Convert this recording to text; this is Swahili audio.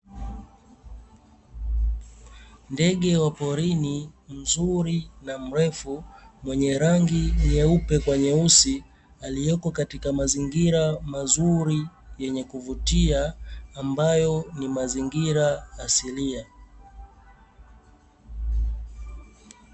Ndege wa porini mzuri na mrefu mwenye rangi nyeupe kwa nyeusi, aliyopo katika mazingira mazuri yenye kuvutia ambayo ni mazingira asilia.